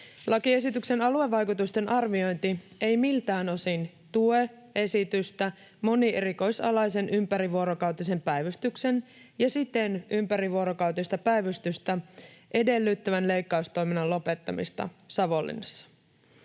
Lakiesityksen aluevaikutusten arviointi ei miltään osin tue esitystä monierikoisalaisen ympärivuorokautisen päivystyksen ja siten ympärivuorokautista päivystystä edellyttävän leikkaustoiminnan lopettamista Savonlinnassa.